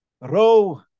row